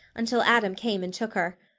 until adam came and took her.